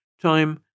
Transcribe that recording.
Time